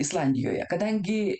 islandijoje kadangi